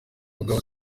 mugabo